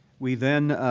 we then